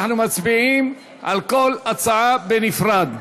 אנחנו מצביעים על כל הצעה בנפרד.